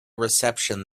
reception